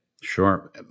Sure